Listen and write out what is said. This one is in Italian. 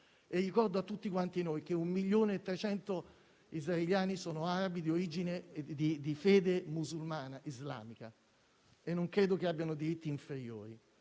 ricordo a tutti quanti noi che 1,3 milioni di israeliani sono arabi di fede musulmana islamica e non credo che abbiano diritti inferiori.